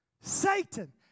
Satan